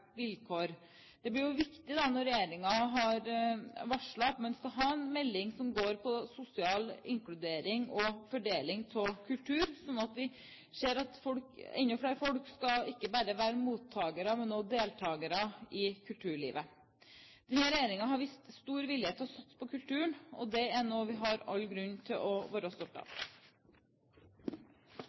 vilkår. Det blir viktig når regjeringen har varslet at den skal ha en melding som går på sosial inkludering og fordeling av kultur så enda flere folk ikke bare skal være mottakere, men også deltakere i kulturlivet. Denne regjeringen har vist stor vilje til å satse på kulturen, og det er noe vi har all grunn til å være stolte av.